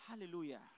Hallelujah